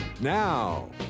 Now